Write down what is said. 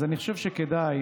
אז אני חושב שכדאי